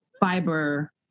fiber